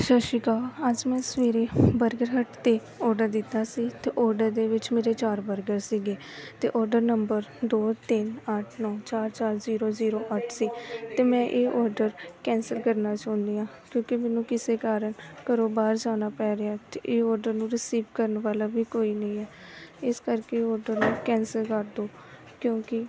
ਸਤਿ ਸ਼੍ਰੀ ਅਕਾਲ ਅੱਜ ਮੈਂ ਸਵੇਰੇ ਬਰਗਰ ਹਟ 'ਤੇ ਔਡਰ ਦਿੱਤਾ ਸੀ ਅਤੇ ਔਡਰ ਦੇ ਵਿੱਚ ਮੇਰੇ ਚਾਰ ਬਰਗਰ ਸੀਗੇ ਅਤੇ ਔਡਰ ਨੰਬਰ ਦੋ ਤਿੰਨ ਅੱਠ ਨੌਂ ਚਾਰ ਚਾਰ ਜ਼ੀਰੋ ਜ਼ੀਰੋ ਅੱਠ ਸੀ ਅਤੇ ਮੈਂ ਇਹ ਔਡਰ ਕੈਂਸਲ ਕਰਨਾ ਚਾਹੁੰਦੀ ਹਾਂ ਕਿਉਂਕਿ ਮੈਨੂੰ ਕਿਸੇ ਕਾਰਨ ਘਰੋਂ ਬਾਹਰ ਜਾਣਾ ਪੈ ਰਿਹਾ ਅਤੇ ਇਹ ਔਡਰ ਨੂੰ ਰਿਸੀਵ ਕਰਨ ਵਾਲਾ ਵੀ ਕੋਈ ਨਹੀਂ ਹੈ ਇਸ ਕਰਕੇ ਉਹ ਔਡਰ ਨੂੰ ਕੈਂਸਲ ਕਰ ਦਿਓ ਕਿਉਂਕਿ